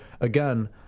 again